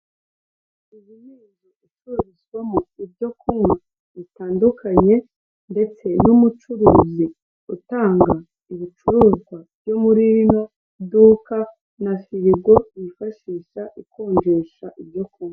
Iyi n'inzu icyururizwamo ibyo kunywa bitandukanye ndetse n'umucuruzi utanga ibicuruzwa byo muri rino duka na firigo yifashishwa ikonjesha ibyo kunywa.